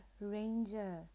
Ranger